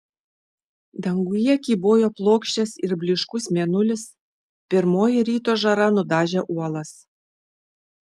danguje kybojo plokščias ir blyškus mėnulis pirmoji ryto žara nudažė uolas